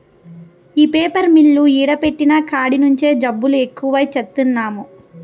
ఈ paper mill ఈడ పెట్టిన కాడి నుంచే జబ్బులు ఎక్కువై చత్తన్నాము